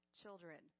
children